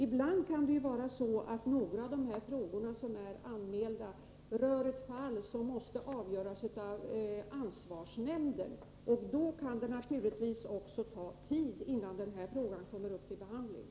Ibland kan det ju vara så, att någon av de frågor som är anmälda rör ett fall som måste avgöras av ansvarsnämnden. Då kan det naturligtvis också ta tid innan den frågan kommer upp till behandling.